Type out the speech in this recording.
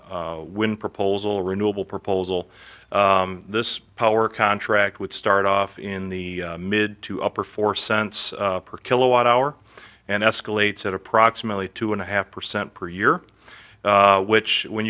when proposal renewable proposal this power contract would start off in the mid to upper four cents per kilowatt hour and escalates at approximately two and a half percent per year which when